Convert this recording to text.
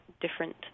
different